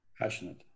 passionate